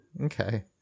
Okay